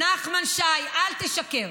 את, נחמן שי, אל תשקר.